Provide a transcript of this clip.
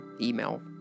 email